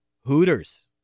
Hooters